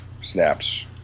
snaps